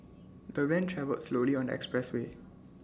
the van travelled slowly on the expressway